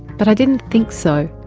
but i didn't think so.